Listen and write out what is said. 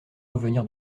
revenir